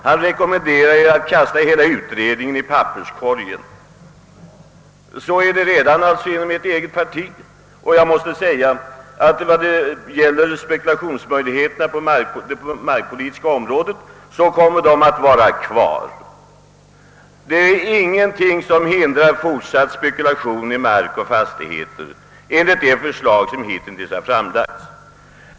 Denne rekommenderade er att kasta hela markutredningen i papperskorgen. Sådana åsikter finns alltså inom ert eget parti. Jag måste säga, att när det gäller spekulationsmöjligheterna på det markpolitiska området kommer de enligt min uppfattning att finnas kvar. Det är ingenting som hindrar fortsatt spekulation i mark och fastigheter i de förslag som hitintills framlagts.